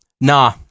Nah